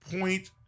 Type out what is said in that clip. point